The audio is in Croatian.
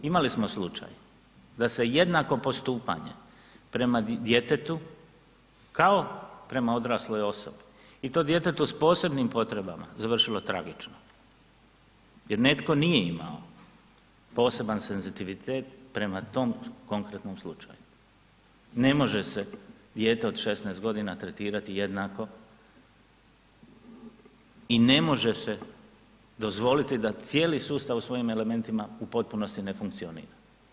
Imali smo slučaj da se jednako postupanje prema djetetu kao prema odrasloj osobi i to djetetu s posebnim potrebama završilo tragično jer netko nije imao poseban senzibilitet prema tom konkretnom slučaju, ne može se dijete od 16.g. tretirati jednako i ne može se dozvoliti da cijeli sustav u svojim elementima u potpunosti ne funkcionira.